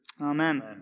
Amen